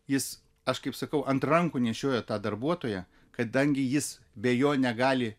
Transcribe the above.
jis aš kaip sakau ant rankų nešioja tą darbuotoją kadangi jis be jo negali